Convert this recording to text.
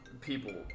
people